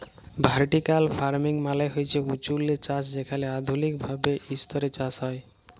vertical farming মালে হছে উঁচুল্লে চাষ যেখালে আধুলিক ভাবে ইসতরে চাষ হ্যয়